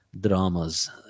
dramas